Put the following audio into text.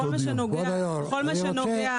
בכל מה שנוגע